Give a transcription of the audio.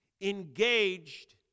engaged